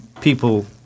people